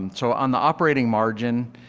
um so on the operating margin,